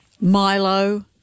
Milo